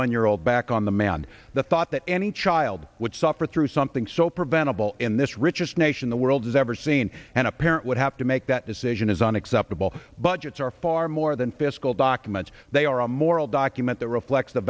one year old back on the mound the thought that any child would suffer through something so preventable in this richest nation the world has ever seen and a parent would have to make that decision is unacceptable budgets are far more than fiscal documents they are a moral document that reflects the